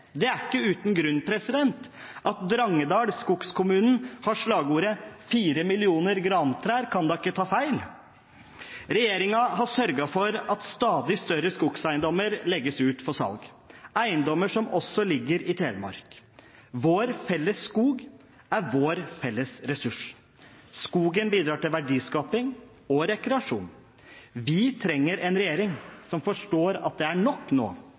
Det er ikke uten grunn at Drangedal, skogkommunen, har slagordet «Fire millioner grantrær kan ikke ta feil!». Regjeringen har sørget for at stadig større skogeiendommer legges ut for salg, eiendommer som også ligger i Telemark. Vår felles skog er vår felles ressurs. Skogen bidrar til verdiskaping og rekreasjon. Vi trenger en regjering som forstår at det er nok nå.